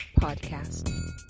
podcast